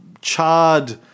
charred